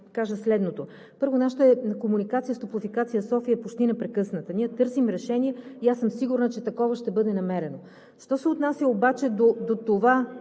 кажа следното. Първо, нашата комуникация с „Топлофикация София“ е почти непрекъсната, ние търсим решение и аз съм сигурна, че такова ще бъде намерено. Що се отнася обаче до това